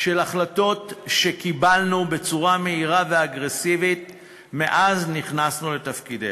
של החלטות שקיבלנו בצורה מהירה ואגרסיבית מאז נכנסנו לתפקידנו.